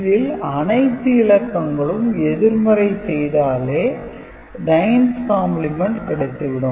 இதில் அனைத்து இலக்கங்களுக்கும் எதிர்மறை செய்தாலே 9's கம்பிளிமெண்ட் கிடைத்துவிடும்